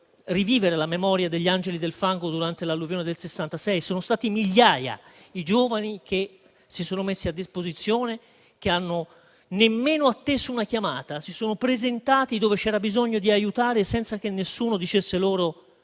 rivivere la memoria degli angeli del fango dell'alluvione del 1966. Sono stati migliaia i giovani che si sono messi a disposizione, che non hanno nemmeno atteso una chiamata, ma si sono presentati dove c'era bisogno di aiutare, senza che nessuno dicesse loro